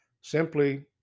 simply